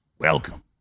Welcome